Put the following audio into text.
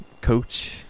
coach